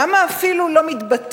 למה הוא אפילו לא מתבטא,